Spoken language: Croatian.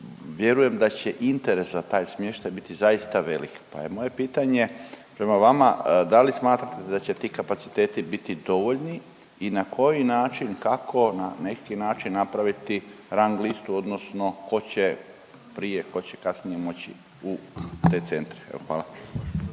vjerujem da će interes za taj smještaj biti zaista veliki. Pa je moje pitanje prema vama, da li smatrate da će ti kapaciteti biti dovoljni i na koji način kako na neki način napraviti rang listu odnosno ko će prije, ko će kasnije moći u te centre? Evo